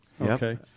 Okay